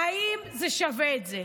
אם זה שווה את זה.